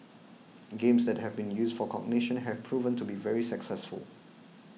games that have been used for cognition have proven to be very successful